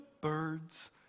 birds